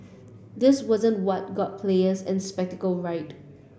that wasn't what got players and riled